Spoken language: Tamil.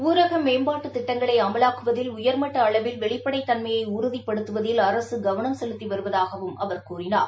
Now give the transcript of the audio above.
ஊரக மேம்பாட்டு திட்டங்களை அமவாக்குவதில் உயர்மட்ட அளவில் வெளிப்படைத் தன்மையை உறுதிப்படுத்துவதில் அரசு கவனம் செலுத்தி வருவதாகவும் அவர் கூறினார்